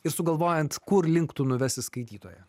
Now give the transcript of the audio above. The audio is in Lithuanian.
ir sugalvojant kur link tu nuvesi skaitytoją